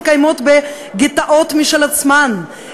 הן מתקיימות בגטאות משל עצמן,